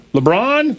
LeBron